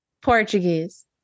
portuguese